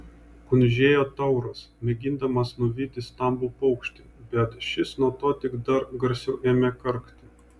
kuždėjo tauras mėgindamas nuvyti stambų paukštį bet šis nuo to tik dar garsiau ėmė karkti